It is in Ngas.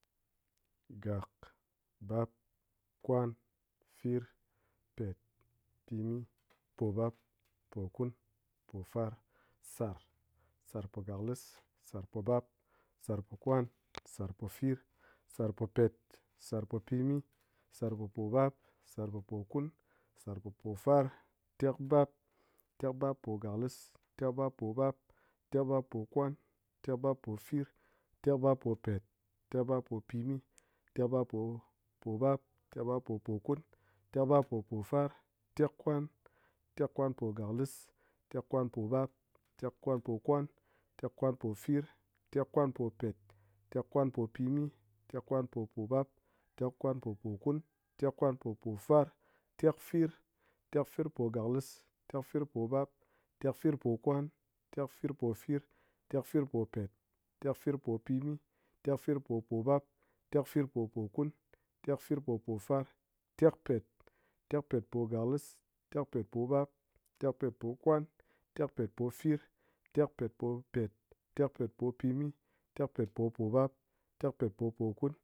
Gak, bap kwan, fir, pet, pimi, pobap, pokun, pofar. sar, sar po galis, sar po bap, sar po kwan, sar po fir, sar po pet, sar po. pimi, sar po pobap, sar po pokun, sar po pofar, tekbap, tekbap po gaklis, tekbap po bap, tekbap po kwan, tekbap po fir, tekbap po pet, tekbap po pimi, tekbap po pobap, tekbap po pokun, tekbap po pofar, tekkwan. tekkwan po galis, tekkwan po bap, tekkwan po kwan, tekkwan po fir, tekkwan po pet, tekkwan po pimi, tekkwan po pobap, tekkwan po pokun, tekkwan po pofar, tekfir, tekfir po gaklis, tekfir po bap, tekfir po fir, tekfir po pet, tekfir po pimi, tekfir po pobap, tekfir po pokun, tekfir po pofar, tekpet, tekpet po gaklis, tekpet po bap, tekpet po kwan, tekpet po fir, tekpet po pet, tekpet po pimi, tekpet po pobap, tekpet po pokun,